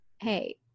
hey